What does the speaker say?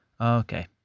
Okay